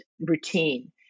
routine